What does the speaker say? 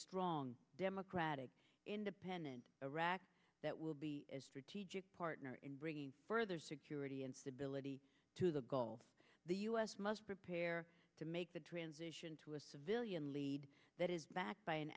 strong democratic independent iraq that will be a strategic partner in bringing further security and stability to the goal the u s must prepare to make the transition to a civilian lead that is backed by an